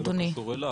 אדוני,